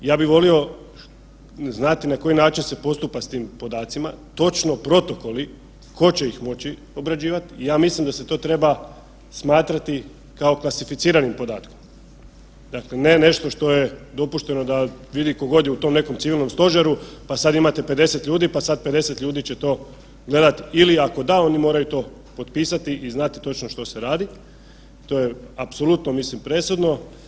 Ja bih volio na koji način se postupa s tim podacima točno protokoli tko će ih moći obrađivat i ja mislim da se to treba smatrati kao klasificirani podatak, dakle ne nešto što je dopušteno da vidi ko god je u tom Civilnom stožeru pa sada imate 50 ljudi pa sad 50 ljudi će to gledat ili ako da oni moraju to potpisati i znati točno što se radi to je apsolutno presudno.